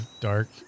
dark